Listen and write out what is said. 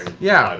yeah,